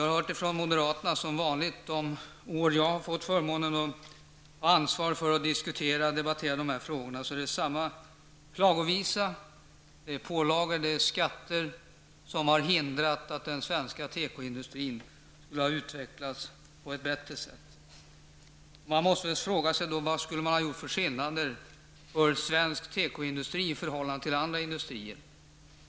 Vi har från moderaterna under de år som jag har haft förmånen att få ansvaret för att debattera dessa frågor hört samma klagovisa om att det är pålagor och skatter som har hindrat den svenska tekoindustrin från att utvecklas på ett bättre sätt. Man måste fråga vilka skillnader som skulle ha gjorts för svensk tekoindustri i förhållande till andra industrier.